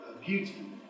beauty